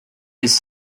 his